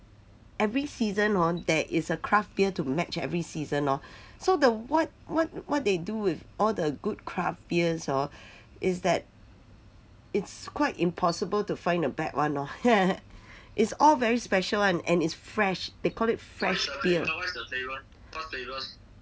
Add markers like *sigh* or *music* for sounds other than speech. every season orh there is a craft beer to match every season orh so the what what what they do with all the good craft beers orh is that it's quite impossible to find a bad one orh *laughs* is all very special [one] and is fresh they call it fresh beer